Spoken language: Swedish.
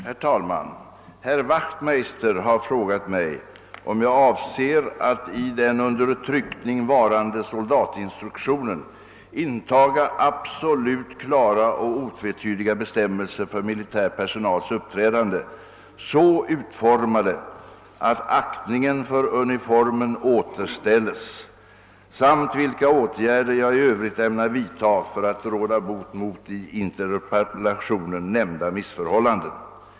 Herr talman! Herr Wachtmeister har frågat mig, om jag avser att i den under tryckning varande soldatinstruktionen intaga absolut klara och otvetydiga bestämmelser för militär personals uppträdande, så utformade att aktningen för uniformen återställs, samt vilka åtgärder jag i övrigt ämnar vidtaga för att råda bot på i interpellationen nämnda missförhållanden.